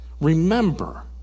remember